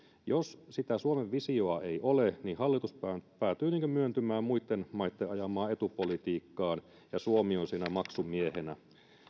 jos sitä suomen visiota ei ole niin hallitus päätyy myöntymään muitten maitten ajamaan etupolitiikkaan ja suomi on siinä maksumiehenä